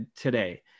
today